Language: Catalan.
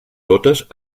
totes